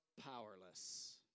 powerless